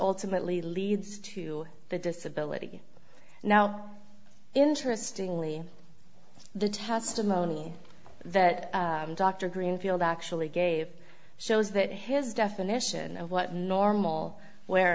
ultimately leads to the disability now interestingly the testimony that dr greenfield actually gave shows that his definition of what normal wear